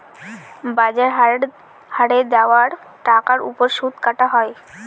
বাজার হারে দেওয়া টাকার ওপর সুদ কাটা হয়